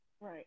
Right